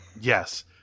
Yes